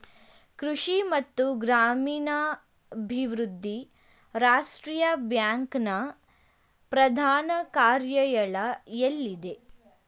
ಕೃಷಿ ಮತ್ತು ಗ್ರಾಮೀಣಾಭಿವೃದ್ಧಿ ರಾಷ್ಟ್ರೀಯ ಬ್ಯಾಂಕ್ ನ ಪ್ರಧಾನ ಕಾರ್ಯಾಲಯ ಎಲ್ಲಿದೆ?